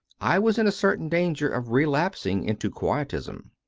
i was in a certain danger of relapsing into quietism.